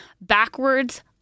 backwards